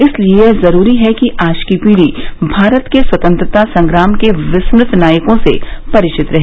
इसलिए यह जरूरी है कि आज की पीढ़ी भारत के स्वतंत्रता संग्राम के विस्मृत नायकों से परिचित रहे